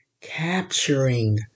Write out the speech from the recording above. capturing